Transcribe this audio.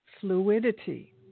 fluidity